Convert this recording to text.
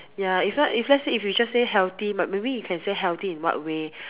ya if not if let's say we just say healthy but maybe we can say healthy in what way